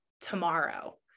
tomorrow